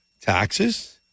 Taxes